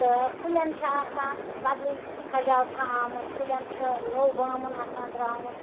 تہٕ کُلٮ۪ن چھُ آسان بَدلٕے سَجاوٹھا آمٕژ کُلٮ۪ن چھِ نوٚو بامُن آسان درٛامُت